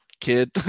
kid